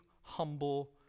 humble